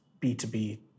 B2B